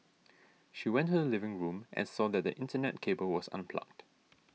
she went to the living room and saw that the Internet cable was unplugged